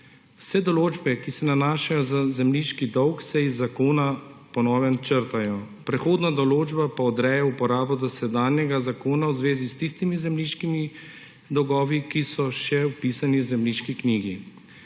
Vse določbe, ki se nanašajo na zemljiški dolg, se iz zakona po novem črtajo, prehodna določba pa odreja uporabo dosedanjega zakona v zvezi s tistimi zemljiškimi dolgovi, ki so še vpisani v zemljiški knjigi.